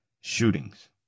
shootings